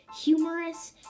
humorous